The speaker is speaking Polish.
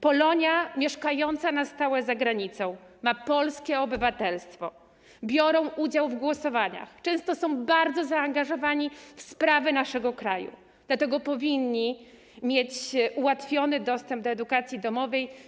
Polonia mieszkająca na stałe za granicą ma polskie obywatelstwo, bierze udział w głosowaniach, często jest bardzo zaangażowana w sprawy naszego kraju, dlatego powinna mieć ułatwiony dostęp do edukacji domowej.